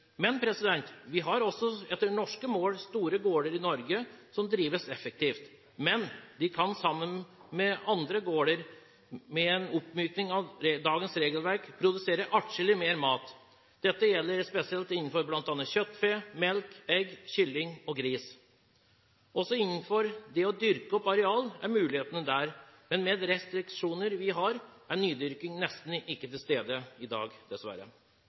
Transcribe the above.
men vi har også etter norske mål store gårder i Norge som drives effektivt. De kan sammen med andre gårder, med en oppmykning av dagens regelverk, produsere adskillig mer mat. Dette gjelder spesielt innenfor bl.a. kjøttfe, melk, egg, kylling og gris. Også når det gjelder det å dyrke opp areal, er mulighetene der, men med de restriksjoner vi har, er nydyrking nesten fraværende i dag, dessverre.